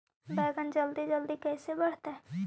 बैगन जल्दी जल्दी कैसे बढ़तै?